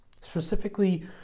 Specifically